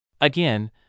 Again